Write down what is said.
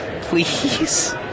Please